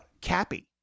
cappy